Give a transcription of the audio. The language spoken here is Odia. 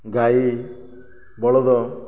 ଗାଈ ବଳଦ